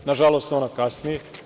Nažalost, ona kasni.